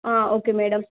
okay madam